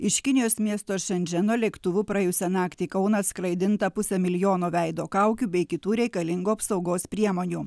iš kinijos miesto šendženo lėktuvu praėjusią naktį į kauną atskraidinta pusė milijono veido kaukių bei kitų reikalingų apsaugos priemonių